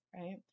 Right